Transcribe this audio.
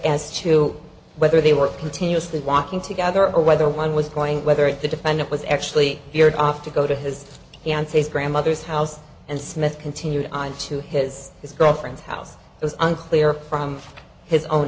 as to whether they were continuously walking together or whether one was going whether it the defendant was actually veered off to go to his fiancee's grandmother's house and smith continued on to his his girlfriend's house is unclear from his own